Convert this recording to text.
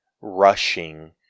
rushing